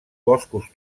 boscos